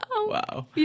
Wow